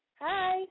Hi